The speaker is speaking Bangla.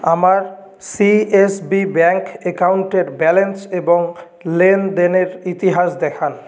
আমার সি এস বি ব্যাঙ্ক একাউন্টের ব্যালেন্স এবং লেনদেনের ইতিহাস দেখান